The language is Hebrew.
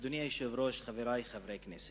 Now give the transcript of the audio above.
אדוני היושב-ראש, חברי חברי הכנסת,